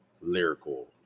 lyrical